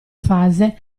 fase